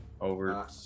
over